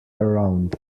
around